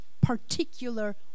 particular